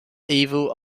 evil